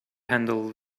handle